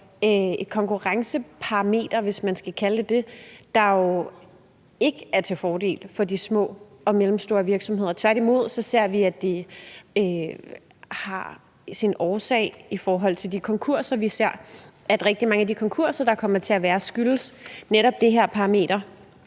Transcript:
skal kalde det dét, der jo ikke er til fordel for de små og mellemstore virksomheder. Tværtimod ser vi, at det er en årsag i forhold til de konkurser, vi ser; rigtig mange af de konkurser, der kommer til at være, skyldes netop det her parameter.